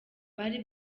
bari